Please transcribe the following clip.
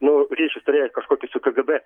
nu ryšius turėjęs kažkokį su kgb